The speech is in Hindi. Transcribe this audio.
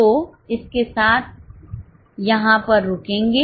तो इस के साथ यहाँ पर रुकेंगे